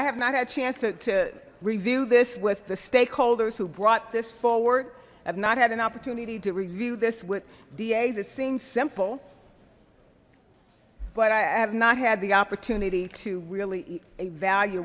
i have not had a chance to review this with the stakeholders who brought this forward have not had an opportunity to review this with da that seems simple but i have not had the opportunity to really evalu